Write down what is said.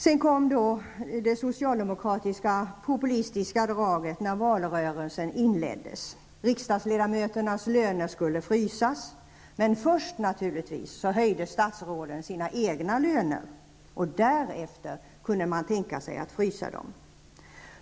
Sedan kom det socialdemokratiska populistiska draget när valrörelsen inleddes. Riksdagsledamöternas löner skulle frysas, men först, naturligtvis, höjde statsråden sina egna löner. Därefter kunde man tänka sig att frysa lönerna.